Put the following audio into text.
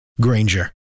Granger